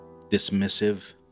dismissive